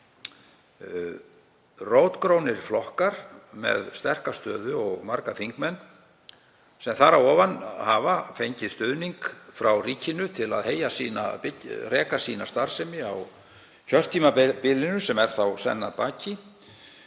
Rótgrónir flokkar með sterka stöðu og marga þingmenn, sem þar á ofan hafa fengið stuðning frá ríkinu til að reka starfsemi sína á kjörtímabilinu sem er senn að baki,